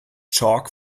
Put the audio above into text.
chalk